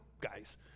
guys